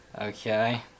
Okay